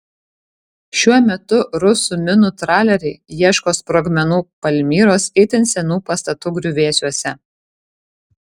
šiuo metu rusų minų traleriai ieško sprogmenų palmyros itin senų pastatų griuvėsiuose